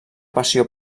passió